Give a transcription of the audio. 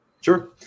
Sure